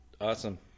Awesome